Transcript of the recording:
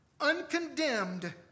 uncondemned